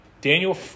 Daniel